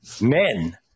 men